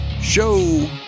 Show